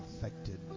affected